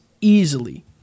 Easily